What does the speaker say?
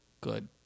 good